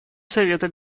совета